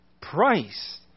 price